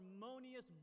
harmonious